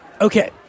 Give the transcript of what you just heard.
okay